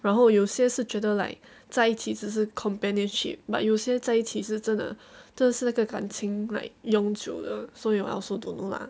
然后有些是觉得在一起只是 companionship but 有些在一起是真的真的是那个感情 like 永久的 so like I also don't know lah